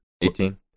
Eighteen